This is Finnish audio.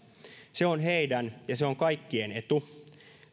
se on heidän ja se on kaikkien etu